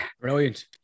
Brilliant